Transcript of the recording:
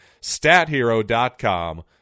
Stathero.com